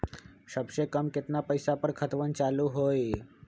सबसे कम केतना पईसा पर खतवन चालु होई?